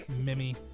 Mimi